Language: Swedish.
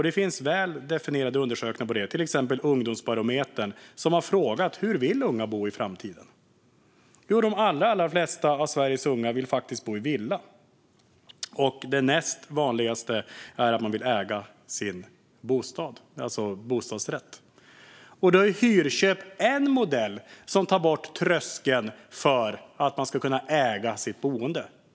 Det finns väldefinierade undersökningar, till exempel Ungdomsbarometern, där man har frågat unga hur de vill bo i framtiden. Där ser vi att de allra flesta av Sveriges unga faktiskt vill bo i villa. Det näst vanligaste är att man vill äga sin bostad, alltså bostadsrätt. Hyrköp skulle kunna vara en modell för att ta bort tröskeln för att kunna äga sitt boende.